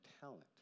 talent